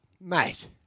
Mate